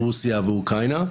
רוסיה ואוקראינה,